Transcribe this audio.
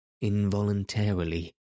Involuntarily